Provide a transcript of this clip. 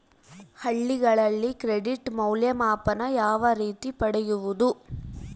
ಹಳ್ಳಿಗಳಲ್ಲಿ ಕ್ರೆಡಿಟ್ ಮೌಲ್ಯಮಾಪನ ಯಾವ ರೇತಿ ಪಡೆಯುವುದು?